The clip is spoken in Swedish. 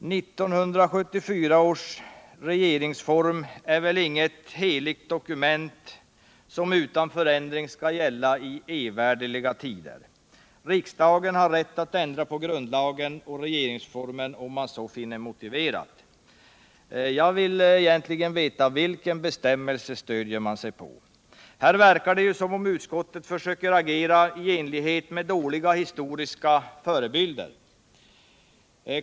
1974 års regeringsform är väl inget heligt dokument som utan förändring skall gälla i evärdliga tider. Riksdagen har rätt att ändra på grundlagen och regeringsformen, om den så finner motiverat. Jag vill i det här sammanhanget veta vilken bestämmelse utskottet egentligen stöder sig på. Här verkar det ju som om utskottet försöker agera i enlighet med dåliga historiska förebilder.